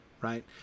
right